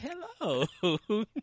hello